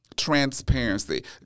Transparency